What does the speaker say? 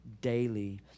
daily